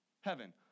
heaven